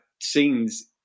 scenes